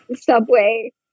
subway